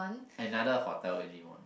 another hotel any one